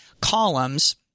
columns